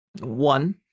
One